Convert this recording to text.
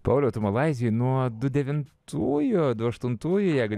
pauliau tu malaizijoj nuo du devintųjų du aštuntųjų jeigu